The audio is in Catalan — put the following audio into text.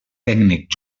tècnic